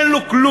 אין לו כלום.